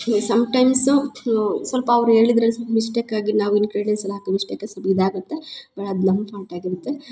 ಈ ಸಮ್ಟೈಮ್ಸ್ ಸ್ವಲ್ಪ ಅವ್ರ ಹೇಳಿದ್ರಲ್ ಸೊಲ್ಪ ಮಿಸ್ಟೇಕ್ ಆಗಿ ನಾವು ಇಂಗ್ಕ್ರಿಡಿಯಂಟ್ಸ್ ಎಲ್ಲ ಹಾಕಿ ಮಿಸ್ಟೇಕಸ್ ಇದಾಗತ್ತೆ ಬಟ್ ಅದು ನಮ್ಮ ಫಾಲ್ಟ್ ಆಗಿರುತ್ತೆ